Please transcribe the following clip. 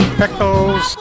pickles